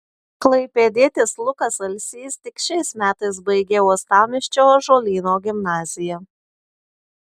klaipėdietis lukas alsys tik šiais metais baigė uostamiesčio ąžuolyno gimnaziją